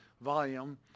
volume